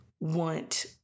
want